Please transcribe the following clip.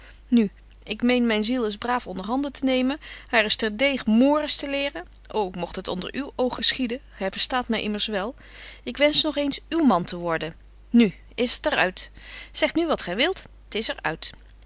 mejuffrouw sara burgerhart myn ziel eens braaf onderhanden te nemen haar eens terdeeg mores te leren ô mogt het onder uw oog geschieden gy verstaat my immers wel ik wensch nog eens uw man te worden nu is het er uit zeg nu wat gy wilt t is er uit